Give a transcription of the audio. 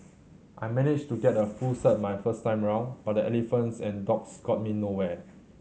I managed to get a full cert my first time round but the Elephants and Dogs got me nowhere